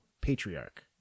patriarch